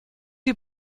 die